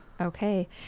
okay